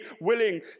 willing